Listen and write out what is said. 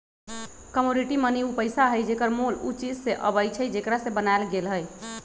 commodity money उ पइसा हइ जेकर मोल उ चीज से अबइ छइ जेकरा से बनायल गेल हइ